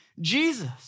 Jesus